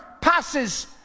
passes